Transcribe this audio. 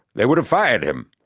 they would have fired him,